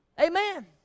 Amen